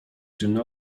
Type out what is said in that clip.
czynny